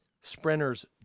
sprinters